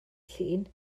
llun